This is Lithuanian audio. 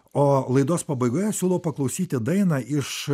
o laidos pabaigoje siūlau paklausyti dainą iš